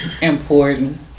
important